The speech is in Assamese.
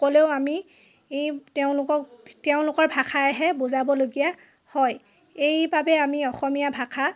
ক'লেও আমি তেওঁলোকক তেওঁলোকৰ ভাষাৰেহে বুজাবলগীয়া হয় এইবাবে আমি অসমীয়া ভাষা